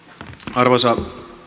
arvoisa